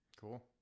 Cool